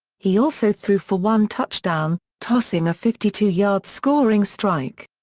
he also threw for one touchdown, tossing a fifty two yard scoring strike.